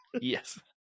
Yes